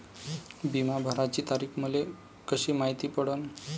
बिमा भराची तारीख मले कशी मायती पडन?